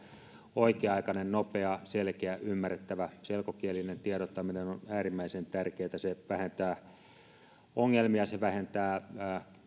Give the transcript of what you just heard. oikea aikainen nopea selkeä ymmärrettävä selkokielinen tiedottaminen on äärimmäisen tärkeätä se vähentää ongelmia se vähentää